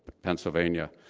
pennsylvania.